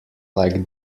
like